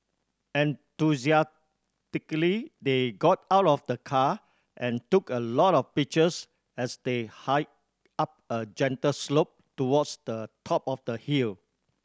enthusiastically they got out of the car and took a lot of pictures as they hiked up a gentle slope towards the top of the hill